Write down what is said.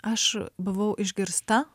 aš buvau išgirsta